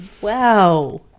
Wow